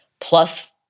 plus